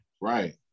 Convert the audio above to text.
right